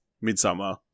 Midsummer